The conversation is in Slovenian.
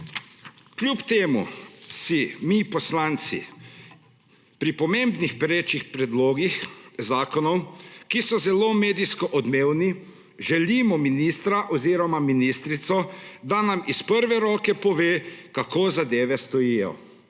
Kljub temu si mi, poslanci, pri pomembnih perečih predlogih zakonov, ki so zelo medijsko odmevni, želimo ministra oziroma ministrico, da nam iz prve roke pove kako zadeve stojijo.